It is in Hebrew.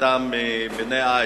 הקטן מבני-עי"ש.